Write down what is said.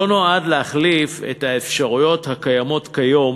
לא נועד להחליף את האפשרויות הקיימות כיום